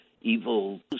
Evil